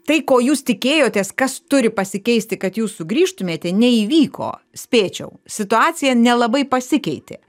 tai ko jūs tikėjotės kas turi pasikeisti kad jūs sugrįžtumėte neįvyko spėčiau situacija nelabai pasikeitė